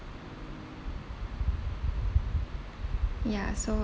ya so